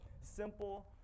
simple